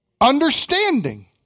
understanding